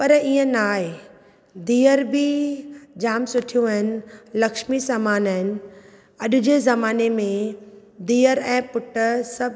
पर इएं नाहे धीअरु बि जाम सुठियूं आहिनि लक्ष्मी समान आहिनि अॼु जे ज़माने में धीअरु ऐं पुटु सभु